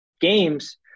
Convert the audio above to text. games